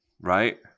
right